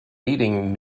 meeting